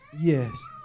yes